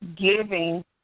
giving